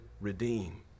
redeem